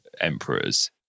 emperors